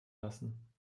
lassen